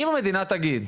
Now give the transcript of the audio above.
אם המדינה תגיד,